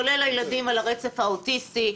כולל הילדים על הרצף האוטיסטי.